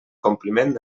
compliment